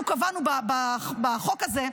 אנחנו קבענו בחוק הזה,